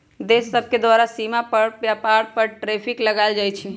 देश सभके द्वारा सीमा पार व्यापार पर टैरिफ लगायल जाइ छइ